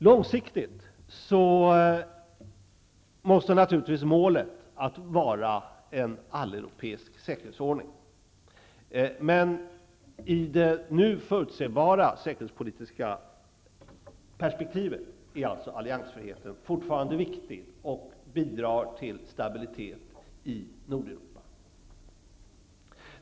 Långsiktigt måste naturligtvis målet vara en alleuropeisk säkerhetsordning, men i det nu förutsebara säkerhetspolitiska perspektivet är alliansfriheten fortfarande viktig och bidrar till stabilitet i Nordeuropa.